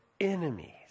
enemies